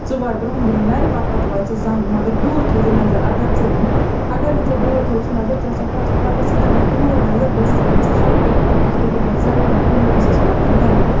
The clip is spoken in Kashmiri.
ژٕ واے برونٛہہ برونٛہہ نَرِ پَتہ پَتہ واے ژٕ زَنٛگہٕ مگر دوٗر تھٲزِ نَظَر اگر ژٕ اگر نہٕ ژےٚ دوٗر تھٲوٕتھ نَظَر ژٕ ہَسا کھوٚژَکھ پَتہٕ ہَسا تھٲو مےٚ دوٗر نَظَر بہٕ ٲسٕس تٔمِس تھَپھ کٔرِتھ پَتہٕ ٲسٕس بہٕ ہُپٲر زَنٛگہٕ وایان یورٕ ٲسٕس وایان نَرِ